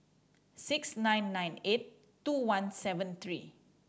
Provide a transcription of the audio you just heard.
six nine nine eight two one seven three